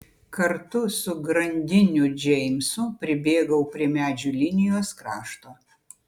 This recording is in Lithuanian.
kartu su grandiniu džeimsu pribėgau prie medžių linijos krašto